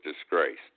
disgrace